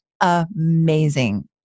amazing